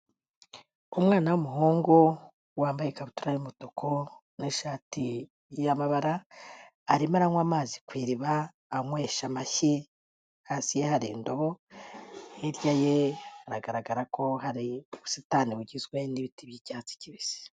Umwana w'umuhungu, wambaye ikabutura y'umutuku n'ishati y'amabara, arimo aranywa amazi ku iriba, anywesha amashyi ye, hasi ye hari indobo, hirya ye haragaragara ko hari ubusitani bugizwe n'ibiti by'icyatsi kibisi.